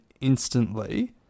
instantly